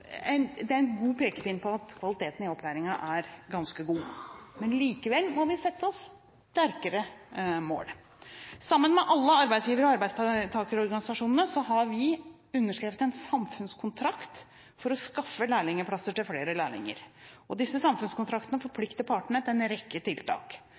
det er en god pekepinn på at kvaliteten i opplæringen er ganske god. Men likevel må vi sette oss større mål. Sammen med alle arbeidsgiver- og arbeidstakerorganisasjonene har vi underskrevet en samfunnskontrakt for å skaffe læreplasser til flere lærlinger. Disse samfunnskontraktene forplikter partene til en rekke tiltak.